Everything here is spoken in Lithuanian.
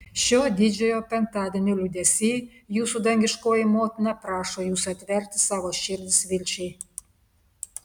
šio didžiojo penktadienio liūdesy jūsų dangiškoji motina prašo jūsų atverti savo širdis vilčiai